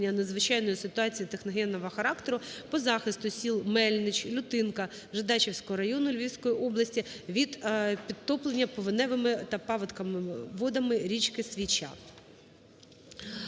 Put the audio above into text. надзвичайної ситуації техногенного характеру по захисту сілМельнич, Лютинка Жидачівського району Львівської області від підтоплення повеневими та паводковими водами річки Свіча.